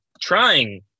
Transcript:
trying